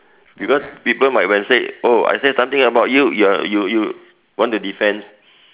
because people might when say oh I say something about you you're you you want to defend